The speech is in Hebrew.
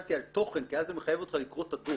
שאלתי על תוכן כי אז זה מחייב אותך לקרוא את הדוח.